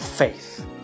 Faith